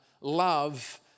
love